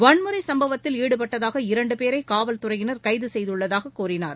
வன்முறை சும்பவத்தில் ஈடுபட்டதாக இரண்டு பேரை காவல்துறையினர் கைது செய்துள்ளதாக கூறினார்